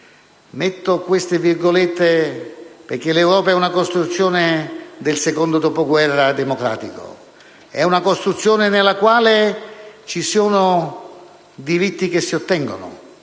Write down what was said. Metto queste virgolette perché l'Europa è una costruzione del secondo dopoguerra democratico; è una costruzione nella quale ci sono diritti che si ottengono,